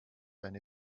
eine